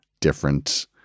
different